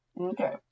Okay